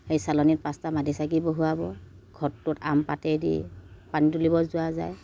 সেই চালনীত পাঁচটা মাটি চাকি বহুৱাব ঘটটোত আম পাতে দি পানী তুলিব যোৱা যায়